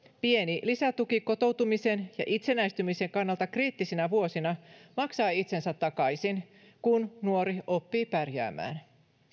pieni lisätuki kotoutumisen ja itsenäistymisen kannalta kriittisinä vuosina maksaa itsensä takaisin kun nuori oppii pärjäämään